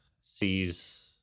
sees